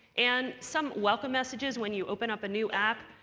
and some welcome messages when you open up a new app,